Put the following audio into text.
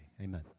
Amen